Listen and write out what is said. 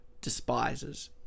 despises